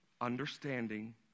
understanding